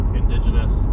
indigenous